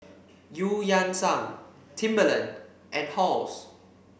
Eu Yan Sang Timberland and Halls